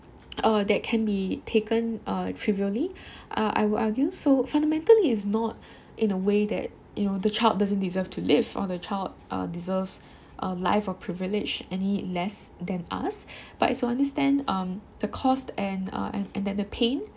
uh that can be taken uh trivially uh I would argue so fundamentally it's not in a way that you know the child doesn't deserve to live or the child uh deserves life or privilege any less than us but it's to understand um the cost and uh and and then the pain